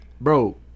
bro